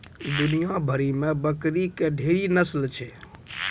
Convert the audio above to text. दुनिया भरि मे बकरी के ढेरी नस्ल छै